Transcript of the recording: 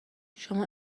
شما